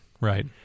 right